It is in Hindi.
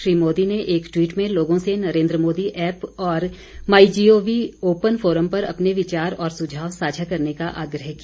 श्री मोदी ने एक टवीट में लोगों से नरेन्द्र मोदी ऐप और my G O V open forum पर अपने विचार और सुझाव साझा करने का आग्रह किया